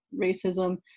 racism